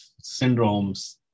syndromes